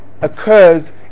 occurs